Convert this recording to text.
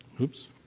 Oops